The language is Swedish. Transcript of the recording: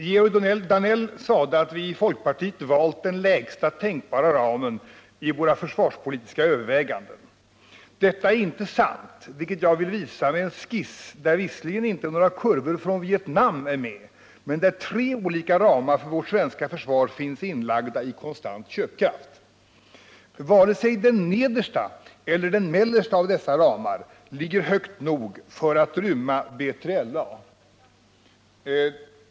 Herr talman! Georg Danell sade att vi i folkpartiet valt den lägsta tänkbara ramen i våra försvarspolitiska överväganden. Detta är inte sant, vilket jag vill visa med en skiss, där visserligen inte några kurvor från Vietnam är med men där tre olika ramar för vårt svenska försvar finns inlagda i konstant köpkraft. Varken den nedersta eller den mellersta av dessa ramar ligger högt nog för att rymma B3LA.